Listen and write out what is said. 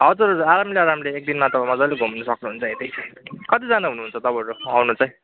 हजुर हजुर आरामले आरामले एक दिनमा त मज्जाले घुम्नु सक्नुहुन्छ यतै कतिजना हुनुहुन्छ तपाईँहरू आउने चाहिँ